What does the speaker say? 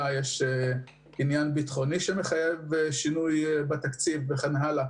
מתעורר משבר בטחוני שמחייב שינוי בתקציב וכן הלאה,